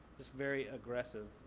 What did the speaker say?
just very aggressive.